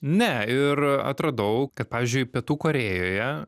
ne ir atradau kad pavyzdžiui pietų korėjoje